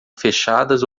fechadas